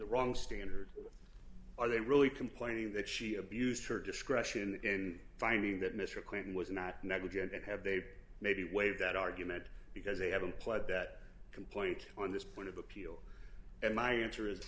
wrong standard are they really complaining that she abused her discretion in finding that mr clinton was not negligent and have they maybe waive that argument because they have implied that complaint on this point of appeal and my answer is